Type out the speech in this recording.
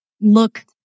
look